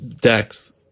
decks